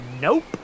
Nope